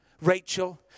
Rachel